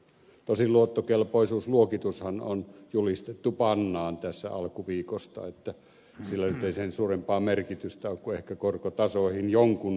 tosin luottokelpoisuusluokitushan on julistettu pannaan tässä alkuviikosta niin että sillä nyt ei sen suurempaa merkitystä ole kuin ehkä korkotasoihin jonkun mielestä